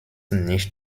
nicht